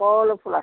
কল ফুলা